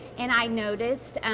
and i noticed